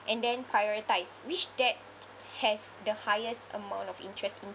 and then prioritize which debt has the highest amount of interest